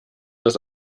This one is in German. das